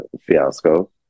fiasco